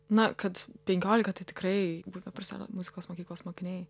na kad penkiolika tai tikrai buvę perselio muzikos mokyklos mokiniai